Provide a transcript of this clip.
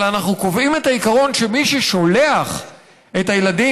אבל אנחנו קובעים את העיקרון שמי ששולח את הילדים